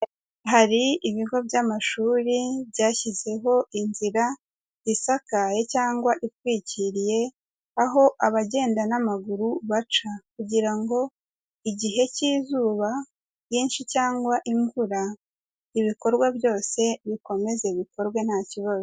Hari ibigo by'amashuri byashyizeho inzira isakaye cyangwa itwikiriye, aho abagenda n'amaguru baca kugira ngo igihe cy'izuba ryinshi cyangwa imvura ibikorwa byose bikomeze bikorwe nta kibazo.